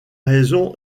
raison